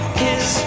kiss